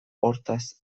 hortaz